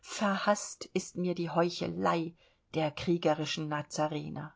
verhaßt ist mir die heuchelei der kriegerischen nazarener